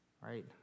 right